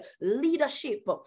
leadership